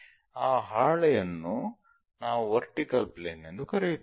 ಆ ಹಾಳೆಯನ್ನು ನಾವು ವರ್ಟಿಕಲ್ ಪ್ಲೇನ್ ಎಂದು ಕರೆಯುತ್ತೇವೆ